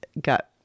got